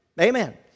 Amen